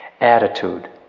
attitude